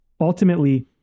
ultimately